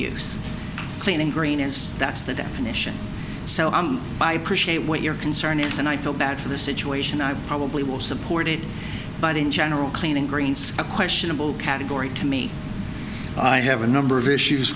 use clean and green and that's the definition so by appreciate what your concern is and i feel bad for the situation i probably will support it but in general cleaning greens a questionable category to me i have a number of issues